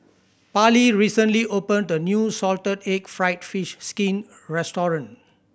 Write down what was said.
Parlee recently opened a new salted egg fried fish skin restaurant